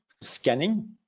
scanning